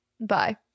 Bye